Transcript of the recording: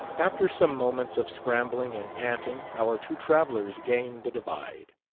after some moments of scrambling and panting our two travelers gained the divide.